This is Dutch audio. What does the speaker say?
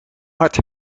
hard